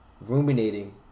ruminating